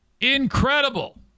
incredible